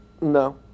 No